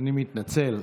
אני מתנצל,